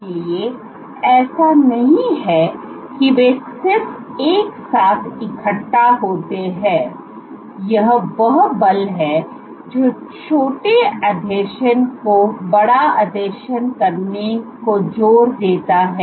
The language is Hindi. इसलिए ऐसा नहीं है कि वे सिर्फ एक साथ इकट्ठा होते हैं यह वह बल है जो छोटे आसंजन को बड़ा आसंजन करने को जोर देता है